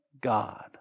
God